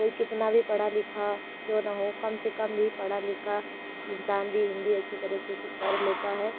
कोई कितना भी पढ़ा लिखा क्यों ना हो कम से कम भी पढ़ा लिखा इंसान भी हिन्दी अच्छी तरह से क्यों पढ़ लेता है